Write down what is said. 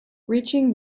reaching